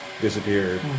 disappeared